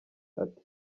ati